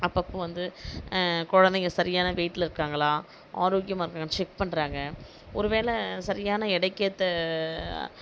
அப்பப்போ வந்து குழந்தைங்க சரியான வெயிட்டில் இருக்காங்களா ஆரோக்கியமாக இருக்காங்களான்னு செக் பண்ணுறாங்க ஒருவேளை சரியான எடைக்கேற்ற